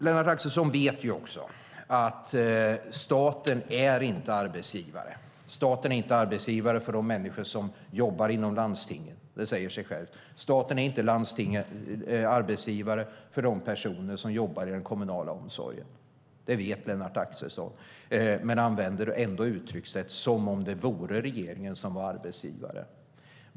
Lennart Axelsson vet att staten inte är arbetsgivare för de människor som jobbar inom landstinget, det säger sig självt, och staten är heller inte arbetsgivare för dem som jobbar i den kommunala omsorgen. Det vet Lennart Axelsson, men han använder ändå uttryckssätt som om det vore regeringen som var arbetsgivare.